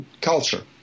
culture